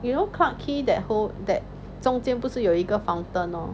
you know clarke quay that whole that that 中间不是有一个 fountain lor